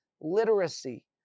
literacy